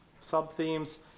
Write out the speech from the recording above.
sub-themes